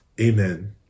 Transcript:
amen